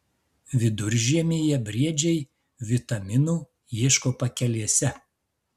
viduržiemyje briedžiai vitaminų ieško pakelėse